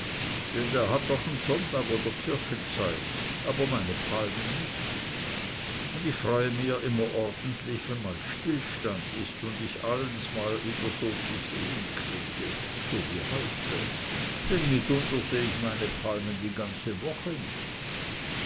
denn der hat doch'n sonntag oder kirchenzeit aber meine palmen nich un ich freue mir immer orntlich wenn mal n stillstand is und ich allens mal wieder so zu sehen kriege so wie heute denn mitunter seh ich meine palmen die janze woche nich